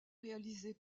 réalisé